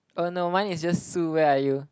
oh no mine is just Sue where are you